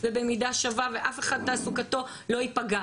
ובמידה שווה ואף אחד תעסוקתו לא ייפגע,